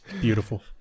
Beautiful